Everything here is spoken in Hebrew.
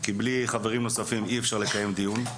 כי בלי חברים נוספים אי אפשר לקיים דיון.